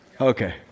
Okay